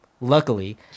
luckily